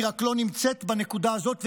היא רק לא נמצאת בנקודת הזאת.